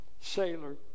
sailor